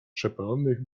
przepalonych